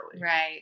Right